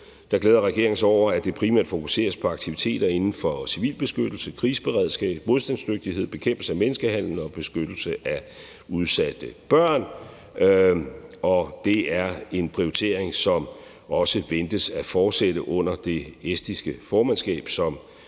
glæder regeringen sig over, at det primært fokuseres på aktiviteter inden for civil beskyttelse, kriseberedskab, modstandsdygtighed, bekæmpelse af menneskehandel og beskyttelse af udsatte børn, og det er en prioritering, som også ventes at fortsætte under det estiske formandskab,